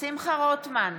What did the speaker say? שמחה רוטמן,